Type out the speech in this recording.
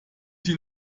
sie